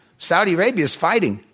saudi arabia is fighting,